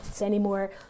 anymore